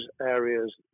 areas